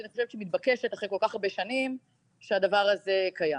שאני חושבת שהיא מתבקשת אחרי כל כך הרבה שנים שהדבר הזה קיים.